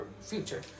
future